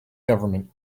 government